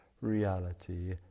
reality